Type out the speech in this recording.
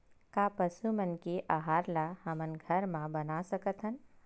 का पशु मन के आहार ला हमन घर मा बना सकथन?